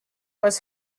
was